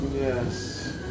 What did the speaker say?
Yes